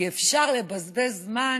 כי אפשר לבזבז זמן